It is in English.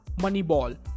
Moneyball